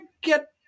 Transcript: get